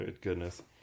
goodness